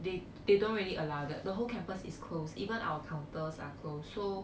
they they don't really allow that the whole campus is closed even our counters are close so